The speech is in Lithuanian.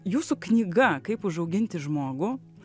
jūsų knyga kaip užauginti žmogų